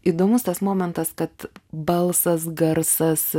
įdomus tas momentas kad balsas garsas